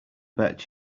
bet